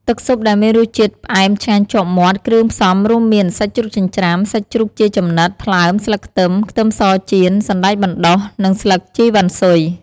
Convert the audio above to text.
ទឹកស៊ុបដែលមានរសជាតិផ្អែមឆ្ងាញ់ជាប់មាត់ គ្រឿងផ្សំរួមមានសាច់ជ្រូកចិញ្ច្រាំ សាច់ជ្រូកជាចំណិត ថ្លើម ស្លឹកខ្ទឹម ខ្ទឹមសចៀន សណ្ដែកបណ្ដុះ និងស្លឹកជីរវ៉ាន់ស៊ុយ។